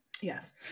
Yes